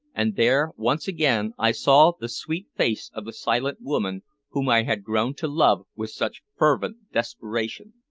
and there once again i saw the sweet face of the silent woman whom i had grown to love with such fervent desperation.